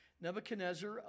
Nebuchadnezzar